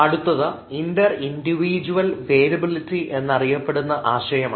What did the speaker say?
അടുത്തത് inter individual variability എന്നറിയപ്പെടുന്ന ആശയമാണ്